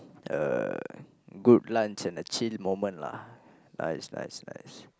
uh group lunch and a chill moment lah nice nice nice